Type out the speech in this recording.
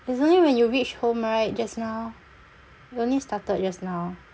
it's only when you reach home right just now it only started just now